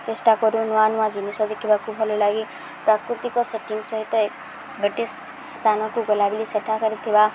ଚେଷ୍ଟା କରୁ ନୂଆ ନୂଆ ଜିନିଷ ଦେଖିବାକୁ ଭଲଲାଗେ ପ୍ରାକୃତିକ ସେଟିଂ ସହିତ ଗୋଟେ ସ୍ଥାନକୁ ଗଲାବେଳେ ସେଠାକାରେ ଥିବା